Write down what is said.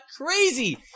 crazy